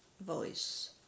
voice